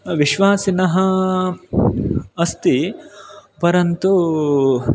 विश्वासिनः अस्ति परन्तु